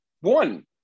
One